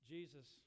Jesus